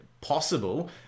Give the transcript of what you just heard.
Possible